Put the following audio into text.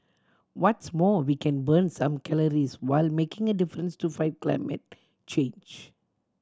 what's more we can burn some calories while making a difference to fight climate change